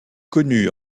connus